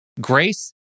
grace